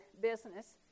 business